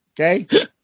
Okay